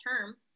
term